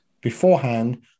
beforehand